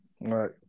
Right